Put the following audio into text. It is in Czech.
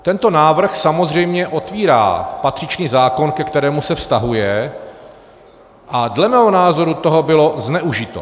Tento návrh samozřejmě otevírá patřičný zákon, ke kterému se vztahuje, a dle mého názoru toho bylo zneužito.